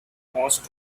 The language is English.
most